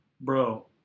bro